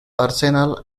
arsenal